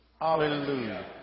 Hallelujah